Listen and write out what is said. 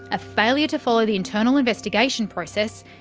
a failure to follow the internal investigation process,